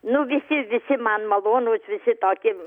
nu visi visi man malonūs visi toki